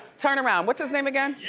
turn around, what's his name again?